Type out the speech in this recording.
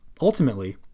Ultimately